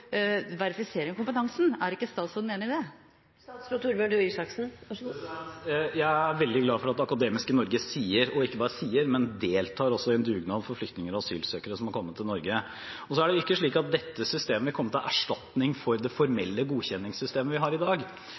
veldig glad for at det akademiske Norge ikke bare uttaler seg, men også deltar i en dugnad for flyktninger og asylsøkere som har kommet til Norge. Så er det ikke slik at dette systemet skal komme til erstatning for det formelle godkjenningssystemet vi har i dag.